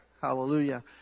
Hallelujah